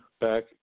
back